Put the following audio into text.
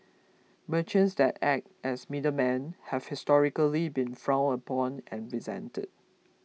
merchants that act as middlemen have historically been frowned upon and resented